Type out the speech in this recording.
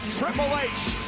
triple h.